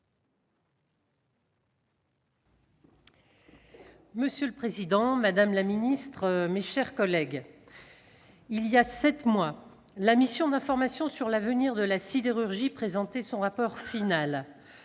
Monsieur le président, madame la secrétaire d'État, mes chers collègues, voilà sept mois, la mission d'information sur l'avenir de la sidérurgie présentait son rapport final.